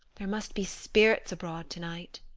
there must be spirits abroad to-night.